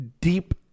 Deep